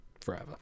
forever